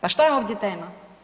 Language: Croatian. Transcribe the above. Pa što je ovdje tema?